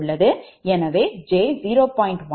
எனவே 𝑗 0